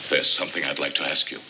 so something i'd like to ask you